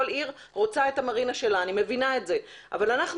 כל עיר רוצה את המרינה שלה ואני מבינה את זה אבל אנחנו